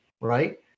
right